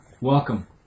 Welcome